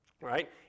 right